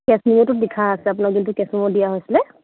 case মেম'টোত লিখা আছে আপোনাৰ যোনটো কেচ মেম' দিয়া হৈছিলে